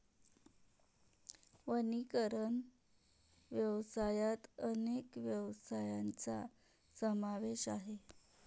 वनीकरण व्यवसायात अनेक व्यवसायांचा समावेश आहे